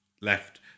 left